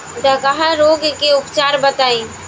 डकहा रोग के उपचार बताई?